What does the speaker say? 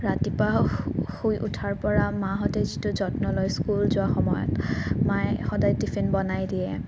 ৰাতিপুৱা শুই উঠাৰ পৰা মাহঁতে যিটো যত্ন লয় স্কুল যোৱাৰ সময়ত মায়ে সদায় টিফিন বনাই দিয়ে